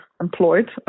employed